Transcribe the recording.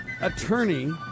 attorney